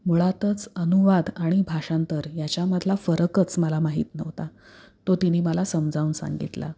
मुळातच अनुवाद आणि भाषांतर याच्यामधला फरकच मला माहीत नव्हता तो तिने मला समजावून सांगितला